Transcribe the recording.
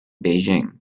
beijing